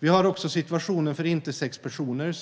Vi har också situationen för intersexpersoner,